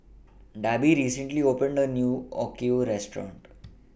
Debby recently opened A New Okayu Restaurant